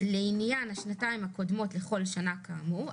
לעניין השנתיים הקודמות לכל שנה כאמור,